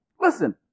Listen